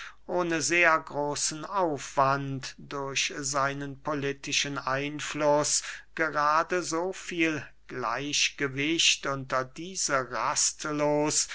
ohne sehr großen aufwand durch seinen politischen einfluß grade so viel gleichgewicht unter diese rastlos